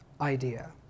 idea